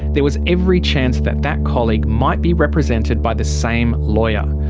there was every chance that that colleague might be represented by the same lawyer.